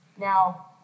Now